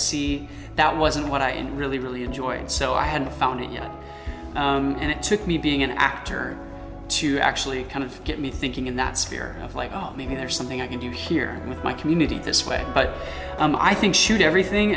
see that wasn't what i really really enjoyed so i hadn't found it yet and it took me being an actor to actually kind of get me thinking in that sphere of like maybe there's something i can do here with my community this way but i think shoot everything